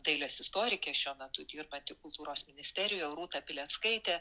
dailės istorikė šiuo metu dirbanti kultūros ministerijoj rūta pileckaitė